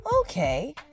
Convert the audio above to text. okay